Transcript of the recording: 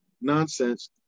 nonsense